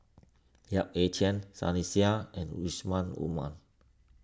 Yap Ee Chian Sunny Sia and Yusman Aman